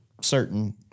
certain